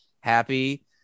happy